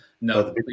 No